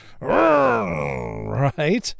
Right